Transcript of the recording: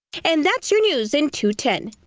and that's your news into ten.